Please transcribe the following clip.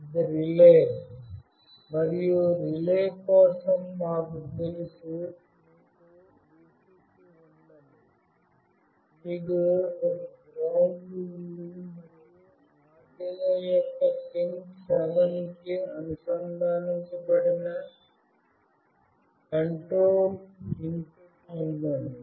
ఇది రిలే మరియు రిలే కోసం మాకు తెలుసు మీకు Vcc ఉందని మీకు ఒక గ్రౌండ్ ఉందని మరియు Arduino యొక్క పిన్ 7 కి అనుసంధానించబడిన కంట్రోల్ ఇన్పుట్ ఉందని